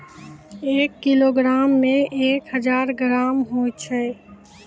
एक किलोग्रामो मे एक हजार ग्राम होय छै